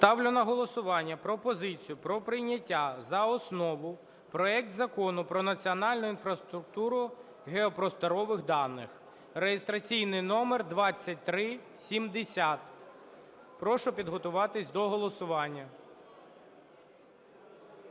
Ставлю на голосування пропозицію про прийняття за основу проекту Закону про національну інфраструктуру геопросторових даних (реєстраційний номер 2370). Прошу підготуватись до голосування.